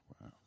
Wow